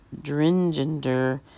Dringender